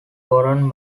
warren